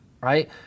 right